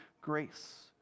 grace